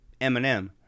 Eminem